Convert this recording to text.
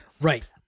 Right